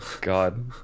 God